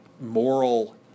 moral